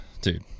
dude